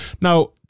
Now